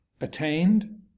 attained